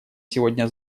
сегодня